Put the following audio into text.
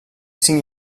cinc